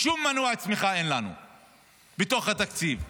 שום מנוע צמיחה אין לנו בתוך התקציב.